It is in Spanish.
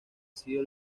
sido